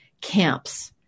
camps